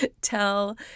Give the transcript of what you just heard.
tell